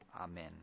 Amen